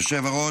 היושב-ראש,